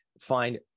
find